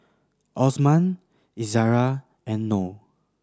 Osman Izara and Noh